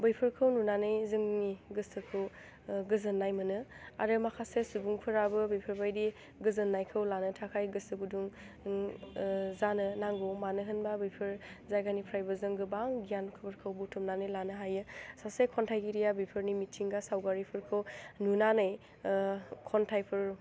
बैफोरखौ नुनानै जोंनि गोसोखौ गोजोन्नाय मोनो आरो माखासे सुबुंफोराबो बेफोरबायदि गोजोन्नायखौ लानो थाखाइ गोसो गुदुं जानो नांगौ मानो होनबा बेफोर जायगानिफ्रायबो जों गोबां गियानफोरखौ बुथुमनानै लानो हायो सासे खन्थाइगिरिया बेफोरनि मिथिंगा सावगारिफोरखौ नुनानै खन्थाइफोर